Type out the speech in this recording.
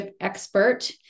expert